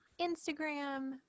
Instagram